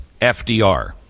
fdr